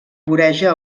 voreja